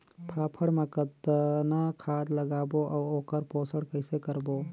फाफण मा कतना खाद लगाबो अउ ओकर पोषण कइसे करबो?